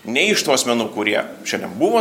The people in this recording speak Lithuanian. nei iš tų asmenų kurie šiandien buvo